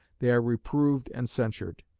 they are reproved and censured.